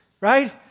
right